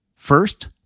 First